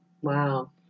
Wow